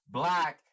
black